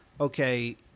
okay